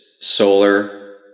solar